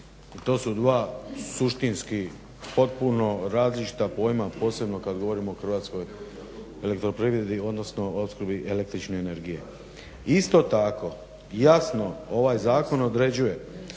To su dva suštinski potpuno različita pojma posebno kad govorimo o Hrvatskoj elektroprivredi odnosno opskrbi električne energije. Isto tako jasno ovaj zakon određuje